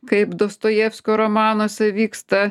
kaip dostojevskio romanuose vyksta